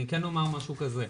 אני כן אומר משהו כזה,